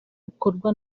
bukorwa